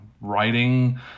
Writing